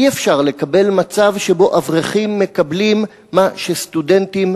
אי-אפשר לקבל מצב שבו אברכים מקבלים מה שסטודנטים,